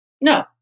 No